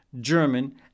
German